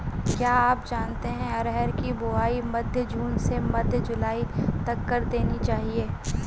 क्या आप जानते है अरहर की बोआई मध्य जून से मध्य जुलाई तक कर देनी चाहिये?